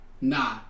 Nah